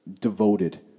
devoted